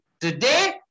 today